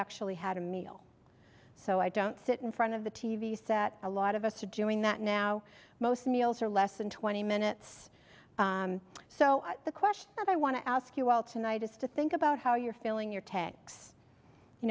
actually had a meal so i don't sit in front of the t v set a lot of us to doing that now most meals are less than twenty minutes so the question that i want to ask you all tonight is to think about how you're feeling your tanks you